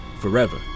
forever